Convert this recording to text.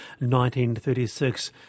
1936